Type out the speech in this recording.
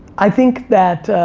i think that,